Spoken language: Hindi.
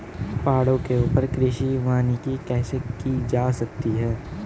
पहाड़ों के ऊपर कृषि वानिकी कैसे की जा सकती है